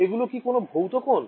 এগুলো কি কোন ভৌত কোণ